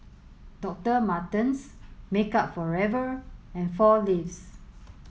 Doctor Martens Makeup For Ever and Four Leaves